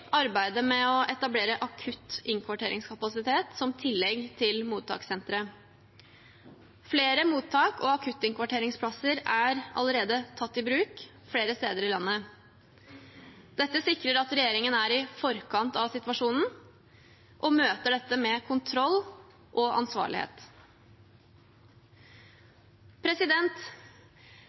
arbeidet med å etablere akuttinnkvarteringskapasitet som tillegg til mottakssenteret. Flere mottak og akuttinnkvarteringsplasser er allerede tatt i bruk flere steder i landet. Dette sikrer at regjeringen er i forkant av situasjonen og møter dette med kontroll og ansvarlighet.